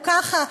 או ככה?